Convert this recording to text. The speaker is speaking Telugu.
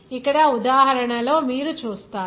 ఇక్కడ ఈ ఉదాహరణలో మీరు చూస్తారు